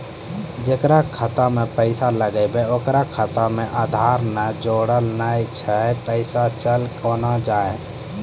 जेकरा खाता मैं पैसा लगेबे ओकर खाता मे आधार ने जोड़लऽ छै पैसा चल कोना जाए?